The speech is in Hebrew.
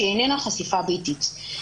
שהיא איננה חשיפה ביתית.